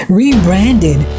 rebranded